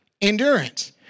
endurance